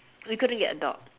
we couldn't get a dog